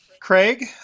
Craig